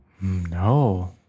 No